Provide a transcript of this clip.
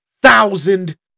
thousand